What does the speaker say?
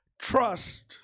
trust